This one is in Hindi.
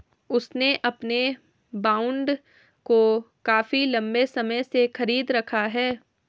उसने अपने बॉन्ड को काफी लंबे समय से खरीद रखा है